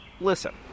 listen